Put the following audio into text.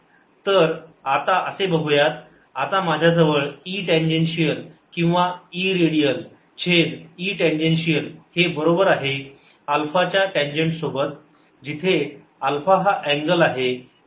तर आता असे बघुयात आता माझ्याजवळ E टँजेन्शिअल किंवा E रेडियल छेद E टँजेन्शिअल हे बरोबर आहे अल्फा च्या टँजेन्ट सोबत जिथे अल्फा हा अँगल आहे